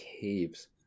caves